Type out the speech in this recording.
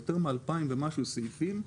עם יותר מ-2,000 סעיפים,